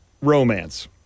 Romance